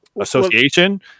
Association